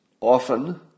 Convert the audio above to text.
often